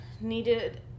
needed